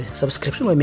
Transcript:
subscription